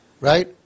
right